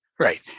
Right